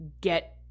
get